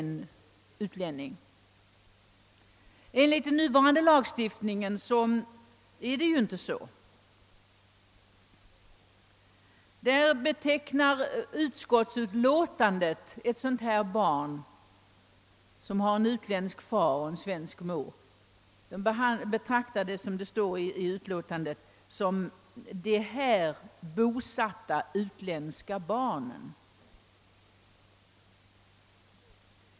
Så är inte fallet med nu gällande lagstiftning. Utskottet betecknar i förevarande utlåtande sådant barn som det här gäller — alltså ett barn med utländsk far och svensk mor — som »de här bosatta utländska barnen».